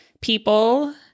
people